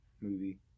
movie